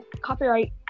copyright